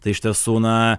tai iš tiesų na